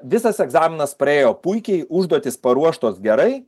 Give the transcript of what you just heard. visas egzaminas praėjo puikiai užduotys paruoštos gerai